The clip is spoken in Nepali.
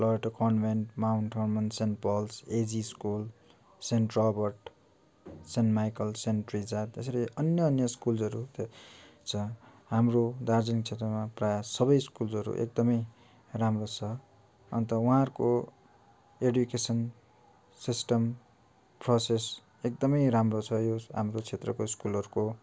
Loreto convent Mount Hermon Saint Paul's एजी school Saint Robert Saint Michael Saint Teresa त्यसरी अन्य अन्य स्कुल्जहरू छ हाम्रो दार्जिलिङ क्षेत्रमा प्रायः सबै स्कुल्सहरू एकदमै राम्रो छ अन्त उहाँहरूको एडुकेसन सिस्टम प्रोसेस एकदमै राम्रो छ यो हाम्रो क्षेत्रको स्कुलहरूको